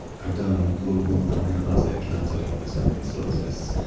i've done a little googling and honestly, i cannot tell you if this company still exists.